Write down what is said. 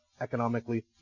economically